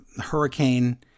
hurricane